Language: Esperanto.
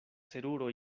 seruro